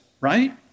right